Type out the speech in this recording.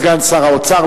סגן שר האוצר,